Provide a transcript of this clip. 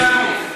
אצל אלאלוף.